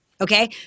okay